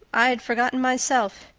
i'd forgotten myself.